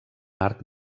arc